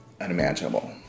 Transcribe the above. unimaginable